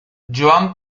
joan